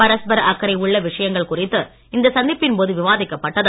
பரஸ்பர அக்கறை உள்ள விஷயங்கள் குறித்து இந்த சந்திப்பின் போது விவாதிக்கப்பட்டது